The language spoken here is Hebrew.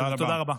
תודה רבה.